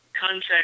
contact